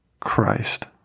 Christ